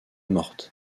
morte